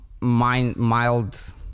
mild